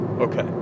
Okay